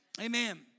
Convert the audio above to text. Amen